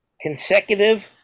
consecutive